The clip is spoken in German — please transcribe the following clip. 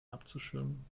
abzuschirmen